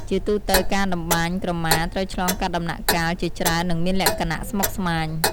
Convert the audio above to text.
ជាទូទៅការតម្បាញក្រមាត្រូវឆ្លងកាត់ដំណាក់កាលជាច្រើន និងមានលក្ចណៈស្មុកស្មាញ។